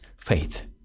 faith